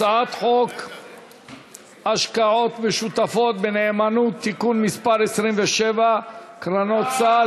הצעת חוק השקעות משותפות בנאמנות (תיקון מס' 27) (קרנות סל),